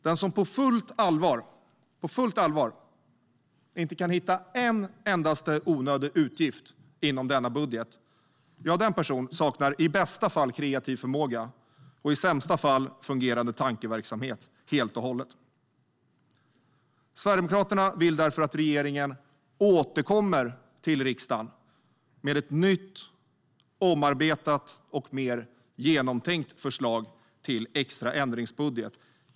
Den som på fullt allvar inte kan hitta en enda onödig utgift inom denna budget, den personen saknar i bästa fall kreativ förmåga och i sämsta fall fungerande tankeverksamhet helt och hållet. Sverigedemokraterna vill därför att regeringen återkommer till riksdagen med ett nytt, omarbetat och mer genomtänkt förslag till extra ändringsbudget.